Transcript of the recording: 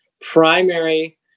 primary